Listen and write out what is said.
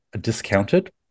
discounted